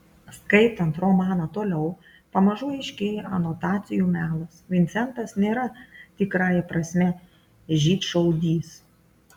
skaitant romaną toliau pamažu aiškėja anotacijų melas vincentas nėra tikrąja prasme žydšaudys